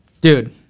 Dude